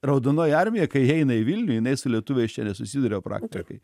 raudonoji armija kai įeina į vilniųjinai su lietuviai čia nesusiduria praktiškai